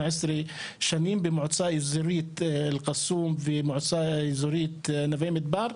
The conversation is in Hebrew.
שנים במועצה אזורית אל קאסום ומועצה אזורית נווה מדבר.